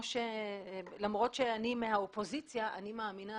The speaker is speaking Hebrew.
למרות שאני מן האופוזיציה אני מאמינה,